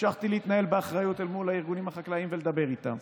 המשכתי להתנהל באחריות אל מול הארגונים החקלאיים ולדבר איתם,